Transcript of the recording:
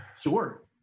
Sure